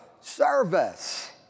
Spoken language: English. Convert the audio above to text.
service